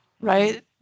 right